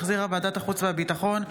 שהחזירה ועדת החוץ והביטחון,